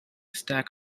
stack